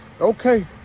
Okay